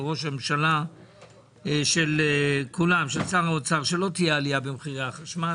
של ראש הממשלה ושל שר האוצר של כולם שלא תהיה עלייה במחירי החשמל.